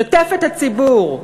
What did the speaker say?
שתף את הציבור.